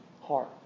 heart